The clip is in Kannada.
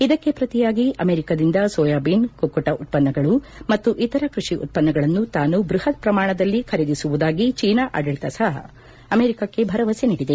ಇದಕ್ಕೆ ಪ್ರತಿಯಾಗಿ ಅಮೆರಿಕದಿಂದ ಸೋಯಾಬೀನ್ ಕುಕ್ಕುಟ ಉತ್ಪನ್ನಗಳು ಮತ್ತು ಇತರ ಕೃಷಿ ಉತ್ಪನ್ನಗಳನ್ನು ತಾನು ಬೃಹತ್ ಪ್ರಮಾಣದಲ್ಲಿ ಖರೀದಿಸುವುದಾಗಿ ಚೀನಾ ಆಡಳಿತ ಸಹ ಅಮೆರಿಕಕ್ಕೆ ಭರವಸೆ ನೀಡಿದೆ